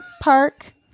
Park